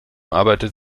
arbeitet